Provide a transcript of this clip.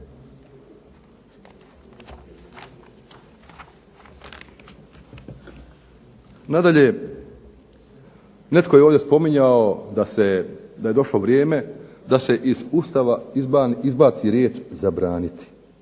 Nadalje, netko je ovdje spominjao da je došlo vrijeme da se iz Ustava izbaci riječ zabraniti,